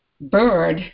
bird